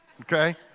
okay